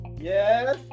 Yes